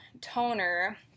toner